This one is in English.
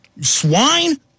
Swine